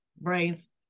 Brains